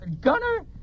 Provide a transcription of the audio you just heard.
Gunner